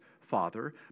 father